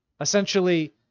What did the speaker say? essentially